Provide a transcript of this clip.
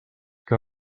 que